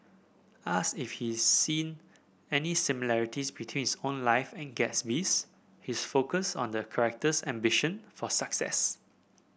ask if he seen any similarities between his own life and Gatsby's his focus on the character's ambition for success